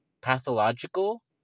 pathological